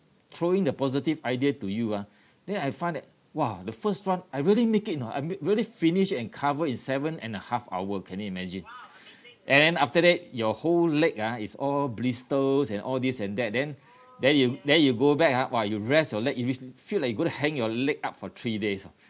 throwing the positive idea to you ah then I find that !wah! the first one I really make it you know I'm really finished it and cover in seven and a half hour can you imagine and then after that your whole leg ah is all blisters and all this and that then then you then you go back ah !wah! you rest your leg you will f~ feel like you are going to hang your leg up for three days ah